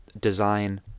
design